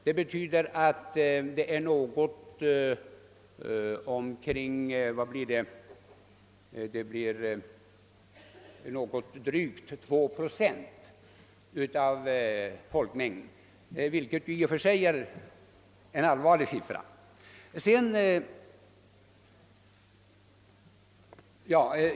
Det gäller således drygt 2 procent av folkmängden, vilket är en skrämmande siffra.